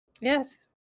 yes